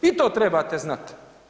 I to trebate znat.